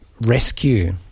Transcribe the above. rescue